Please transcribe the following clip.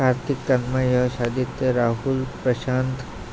Kartik Tanmay Yash Aditya Rahul Prashant